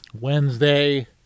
Wednesday